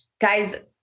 guys